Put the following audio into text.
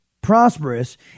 prosperous